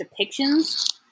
depictions